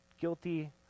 Guilty